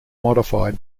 modified